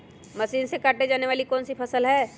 Machine से काटे जाने वाली कौन सी फसल है?